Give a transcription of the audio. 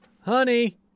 honey